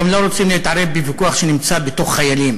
גם לא רוצים להתערב בוויכוח שנמצא בתוך חיילים,